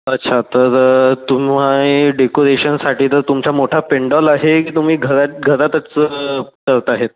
अच्छा तर तुम्ही डेकोरेशनसाठी तर तुमचा मोठा पेंडॉल आहे की तुम्ही घरात घरातच करत आहेत